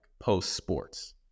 post-sports